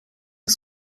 der